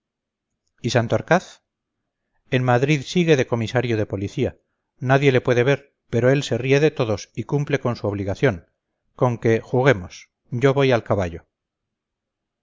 y santorcaz en madrid sigue de comisario de policía nadie le puede ver pero él se ríe de todos y cumple con su obligación con que juguemos yo voy al caballo